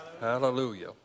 Hallelujah